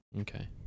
Okay